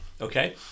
Okay